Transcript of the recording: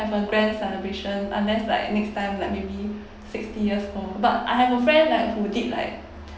have a grand celebration unless like next time like maybe sixty years old but I have a friend like who did like